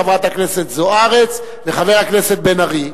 חברת הכנסת זוארץ וחבר הכנסת בן-ארי.